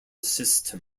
system